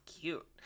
cute